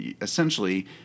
essentially